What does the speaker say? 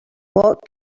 what